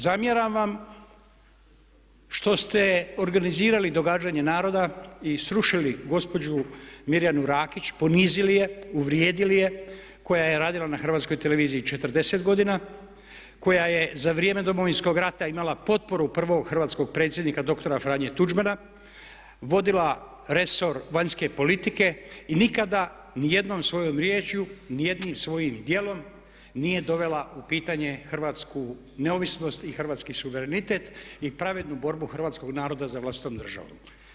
Zamjeram vam što ste organizirali događanje naroda i srušili gospođu Mirjanu Rakić, ponizili je, uvrijedili je, koja je radila na HRT-u 40 godina, koja je za vrijeme Domovinskog rata imala potporu prvog hrvatskog predsjednika dr. Franje Tuđmana, vodila resor vanjske politike i nikada niti jednom svojom riječju, ni jednim svojim dijelom nije dovela u pitanje hrvatsku neovisnost i hrvatski suverenitet i pravednu borbu hrvatskog naroda za vlastitom državom.